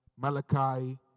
Malachi